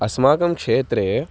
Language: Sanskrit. अस्माकं क्षेत्रे